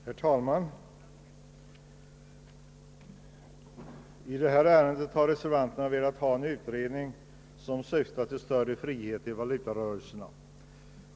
Herr talman! Reservanterna i detta ärende har Önskat få till stånd en utredning syftande till större frihet i valuta rörelserna.